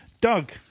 doug